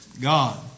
God